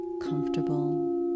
comfortable